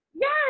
yes